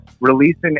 releasing